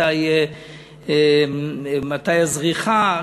מתי הזריחה.